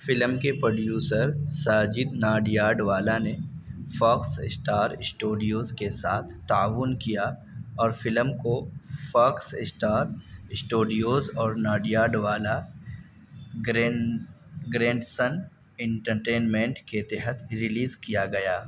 film کے producer Sajid Nadiadwala نے Fox Star Studios کے ساتھ تعاون کیا اور فلم کو فاکس اسٹار اسٹوڈیوز اور Nadiadwala grand grandson entertainment کے تحت ریلیز کیا گیا